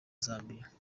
zambia